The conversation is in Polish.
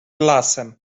lasem